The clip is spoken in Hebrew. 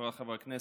חבריי חברי הכנסת,